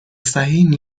صحیح